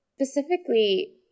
Specifically